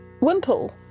Wimple